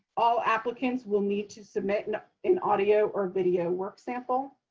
all applicants will need to submit and an audio or video work sample.